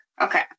Okay